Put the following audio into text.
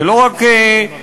זה לא רק צבא,